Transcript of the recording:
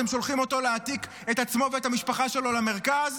אתם שולחים אותו להעתיק את עצמו ואת המשפחה שלו למרכז?